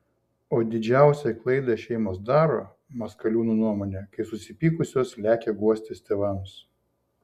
o didžiausią klaidą šeimos daro maskaliūnų nuomone kai susipykusios lekia guostis tėvams